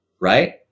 right